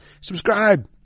subscribe